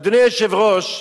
אדוני היושב-ראש,